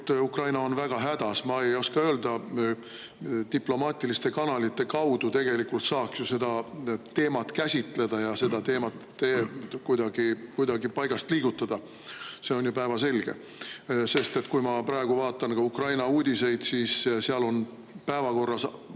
Ukraina on väga hädas, ma ei oska öelda, diplomaatiliste kanalite kaudu tegelikult saaks ju seda teemat käsitleda ja seda teemat kuidagi paigast liigutada. See on ju päevselge, sest kui ma praegu vaatan Ukraina uudiseid, siis seal on päevakorras